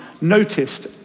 noticed